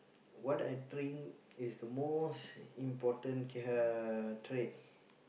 what I think is the most important uh trait